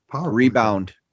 Rebound